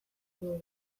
dugu